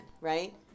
right